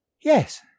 Yes